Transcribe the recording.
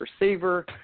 receiver